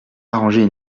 arranger